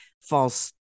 false